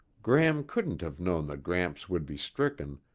gram couldn't have known that gramps would be stricken,